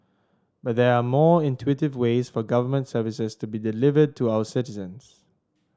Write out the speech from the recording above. but they are more intuitive ways for government services to be delivered to our citizens